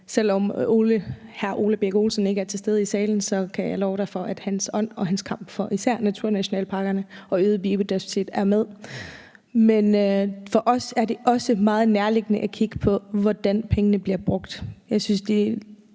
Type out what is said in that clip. selv om hr. Ole Birk Olesen ikke er til stede i salen, kan jeg love dig for, at hans ånd og hans kamp for især naturnationalparkerne og øget biodiversitet er med. Men for os er det også meget nærliggende at kigge på, hvordan pengene bliver brugt. Jeg synes, at det